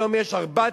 היום יש 4,600,